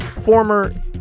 former